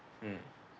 mm